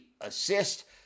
assist